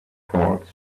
falls